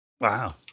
Wow